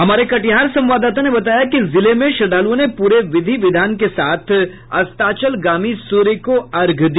हमारे कटिहार संवाददाता ने बताया है कि जिले में श्रद्वालुओं ने पूरे विधि विधान के साथ अस्ताचलगामी सूर्य को अर्घ्य दिया